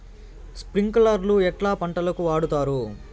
స్ప్రింక్లర్లు ఎట్లా పంటలకు వాడుతారు?